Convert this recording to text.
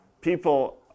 People